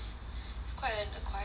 it's quite an acquired taste